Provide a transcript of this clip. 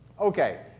Okay